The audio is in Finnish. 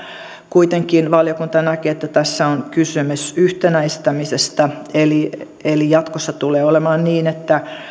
kuitenkin valiokunta näki että tässä on kysymys yhtenäistämisestä eli eli jatkossa tulee olemaan niin että